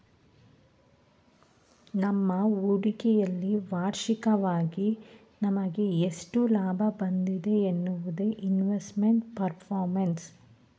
ನಮ್ಮ ಹೂಡಿಕೆಯಲ್ಲಿ ವಾರ್ಷಿಕವಾಗಿ ನಮಗೆ ಎಷ್ಟು ಲಾಭ ಬಂದಿದೆ ಎನ್ನುವುದೇ ಇನ್ವೆಸ್ಟ್ಮೆಂಟ್ ಪರ್ಫಾರ್ಮೆನ್ಸ್